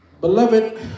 Beloved